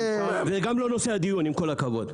זה גם לא נושא הדיון, עם כל הכבוד.